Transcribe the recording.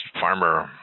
farmer